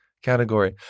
Category